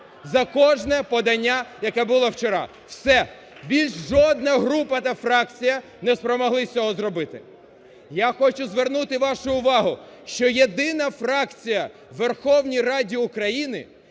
За кожне подання, яке було вчора. Все. Більше жодна група та фракція не спромоглися цього зробити. Я хочу звернути вашу увагу, що єдина фракція у Верховній Раді України,